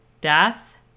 Das